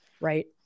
Right